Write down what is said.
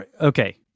okay